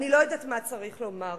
אני לא יודעת מה צריך לומר.